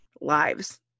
lives